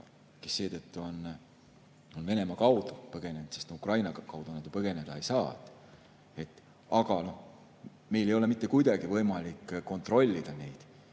kes seetõttu on Venemaa kaudu põgenenud, sest Ukraina kaudu nad ju põgeneda ei saa. Aga meil ei ole mitte kuidagi võimalik neid kontrollida.